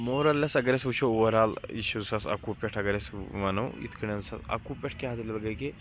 more or less اَگر أسۍ وٕچھو اوورآل یہِ چھُ زٕ ساس اَکوُہ پٮ۪ٹھ گر أسۍ وَنو یِتھ کیٚن ہَسا اَکوُہ پٮ۪ٹھ کیاہ دلیل گٔے کہِ